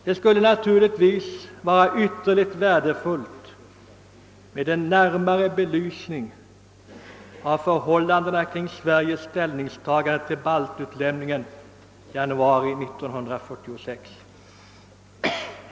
Naturligtvis skulle det vara ytterst värdefullt med en närmare belysning av förhållandena när det gäller Sveriges ställningstagande till baltutlämningen i januari 1946.